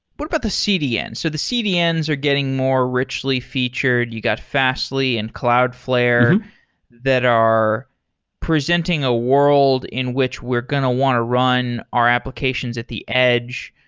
what about the cdn? so the cdns are getting more richly featured. you got fastly and cloudflare that are presenting a world in which we're going to want to run our applications at the edge.